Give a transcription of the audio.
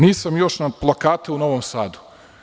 Nisam još na plakate u Novom Sadu.